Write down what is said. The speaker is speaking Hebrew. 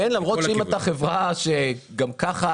כן, למרות שאם אתה חברה שגם ככה